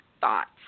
thoughts